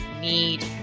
need